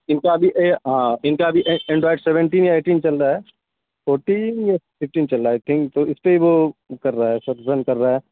ان کا ابھی اے ہاں ان کا ابھی ایس اینڈرائڈ سیونٹین یا ایٹین چل رہا ہے فورٹین یا ففٹین چل رہا ہے ایٹین تو اس کے وہ کر رہا ہے شاید بند کر رہا ہے